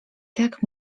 tak